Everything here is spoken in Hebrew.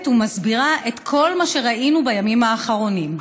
ומסבירה את כל מה שראינו בימים האחרונים.